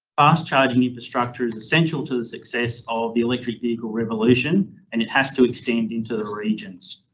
fast charging infrastructure is essential to the success of the electric vehicle revolution and it has to extend into the regions.